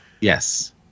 Yes